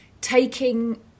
taking